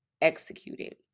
executed